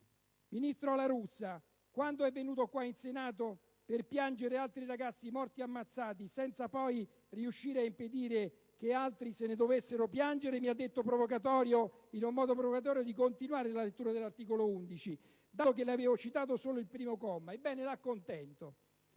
ministro La Russa, quando è venuto in Senato per piangere altri ragazzi morti ammazzati, senza poi riuscire ad impedire che altri se ne dovessero piangere, mi ha detto in modo provocatorio di continuare la lettura dell'articolo 11 della nostra Carta costituzionale dato che le avevo citato solo le prime parole. Ebbene, l'accontento: